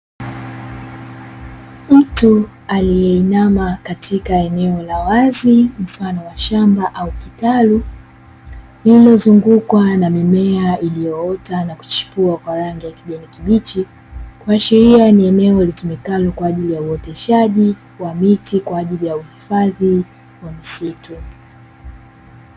Mtu aliyeinama katika eneo la wazi mfano wa shamba au kitalu, lililozugukwa na mimea iliyoota na kuchipua kwa rangi ya kijani kibichi. Kuashiria ni eneo litumikalo kwa ajili ya uoteshaji wa miti kwa ajili ya uhifadhi wa msitu.